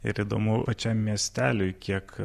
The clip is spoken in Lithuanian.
ir įdomu pačiam miesteliui kiek